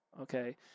okay